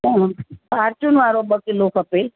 हा फ़ॉरचुन वारो ॿ किलो खपे